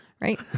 right